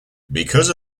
because